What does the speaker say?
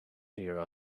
here